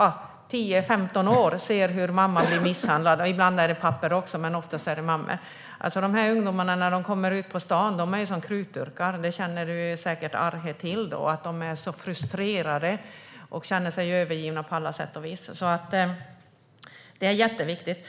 under tio femton år har sett hur mamma blir misshandlad - ibland är det pappa, men oftast är det mamma - kommer ut på stan är de som krutdurkar. Arhe Hamednaca känner säkert till att de är så frustrerade och känner sig övergivna på alla sätt och vis. Därför är detta arbete jätteviktigt.